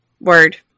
Word